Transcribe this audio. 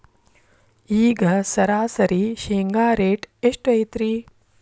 ಈಗ ಸರಾಸರಿ ಶೇಂಗಾ ರೇಟ್ ಎಷ್ಟು ಐತ್ರಿ?